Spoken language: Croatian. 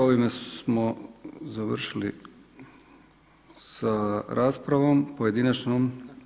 Ovime smo završili sa raspravom pojedinačnom.